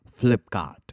Flipkart